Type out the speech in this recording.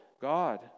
God